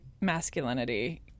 masculinity